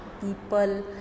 people